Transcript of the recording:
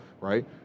Right